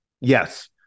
Yes